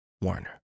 Warner